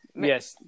Yes